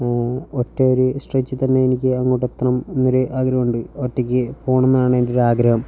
ഒറ്റ ഒര് സ്ട്രെച്ചിൽത്തന്നെ എനിക്ക് അങ്ങോട്ട് എത്തണം എന്നൊരു ആഗ്രഹം ഉണ്ട് ഒറ്റയ്ക്ക് പോകണം എന്നാണ് എൻ്റെയൊരു ആഗ്രഹം